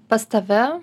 pas tave